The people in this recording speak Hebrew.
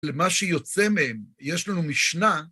למה שיוצא מהם, יש לנו משנה.